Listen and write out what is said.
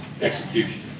Execution